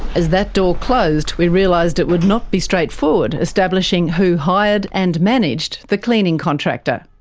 as that door closed, we realised it would not be straightforward establishing who hired and managed the cleaning contractor.